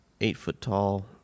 eight-foot-tall